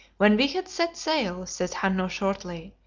when we had set sail, says hanno shortly,